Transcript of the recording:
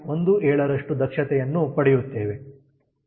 17ರಷ್ಟು ದಕ್ಷತೆಯನ್ನು ಪಡೆಯುತ್ತೇವೆ